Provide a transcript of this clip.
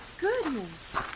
goodness